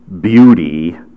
beauty